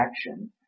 action